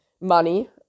money